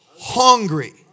hungry